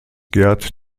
gerd